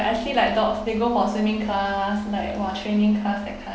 ya actually like dogs they go for swimming class like !wah! training class that kind